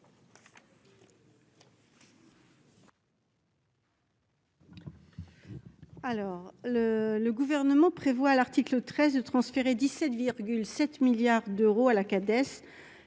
le gouvernement prévoit à l'article 13 de transférer 17,7 milliards d'euros à la 4S